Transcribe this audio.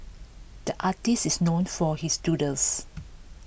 the artists is known for his doodles